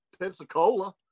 Pensacola